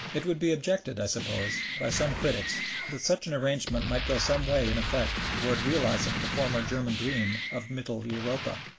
it would be objected i suppose, by some critics that such an arrangement might go some way in effect towards realizing the former german dream of mittel-europa.